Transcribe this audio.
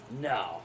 No